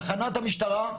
תחנת המשטרה,